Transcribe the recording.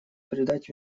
придать